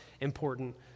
important